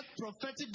prophetic